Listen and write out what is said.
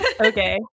okay